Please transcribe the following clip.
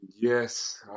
Yes